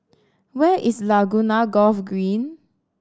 where is Laguna Golf Green